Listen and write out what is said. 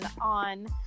on